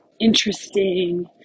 interesting